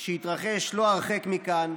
שהתרחש לא הרחק מכאן,